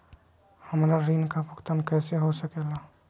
हमरा ऋण का भुगतान कैसे हो सके ला?